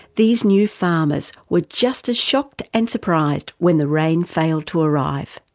these new farmers were just as shocked and surprised when the rain failed to arrive.